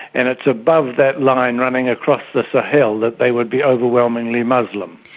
and it's above that line running across the sahel that they would be overwhelmingly muslim.